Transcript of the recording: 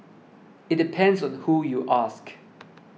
it depends on who you ask